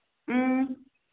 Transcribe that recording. ꯎꯝ